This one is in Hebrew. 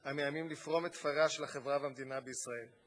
המאיימים לפרום את תפריה של החברה והמדינה בישראל.